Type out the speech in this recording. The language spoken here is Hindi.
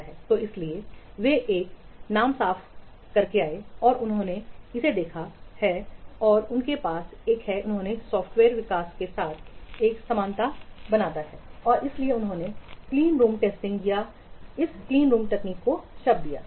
तो इसीलिए वे यह नाम साफ करके आए और उन्होंने इसे देखा है और उनके पास एक है उन्होंने सॉफ्टवेयर विकास के साथ एक समानता बनाया है और फिर इसीलिए उन्होंने क्लीनरूम टेस्टिंग या इस क्लीनरूम तकनीक को शब्द दिया है